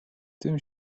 tym